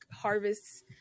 harvests